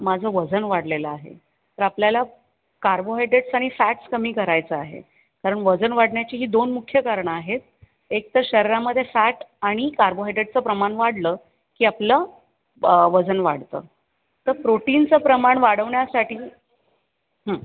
माझं वजन वाढलेलं आहे तर आपल्याला कार्बोहायड्रेट्स आणि फॅट्स कमी करायचं आहे कारण वजन वाढण्याची ही दोन मुख्य कारणं आहेत एकतर शरीरामध्ये फॅट आणि कार्बोहायड्रेटचं प्रमाण वाढलं की आपलं वजन वाढतं तर प्रोटीनचं प्रमाण वाढवण्यासाठी